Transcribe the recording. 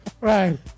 right